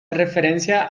referencia